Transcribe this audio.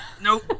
Nope